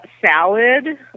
salad